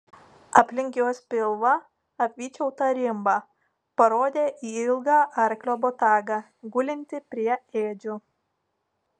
aplink jos pilvą apvyčiau tą rimbą parodė į ilgą arklio botagą gulintį prie ėdžių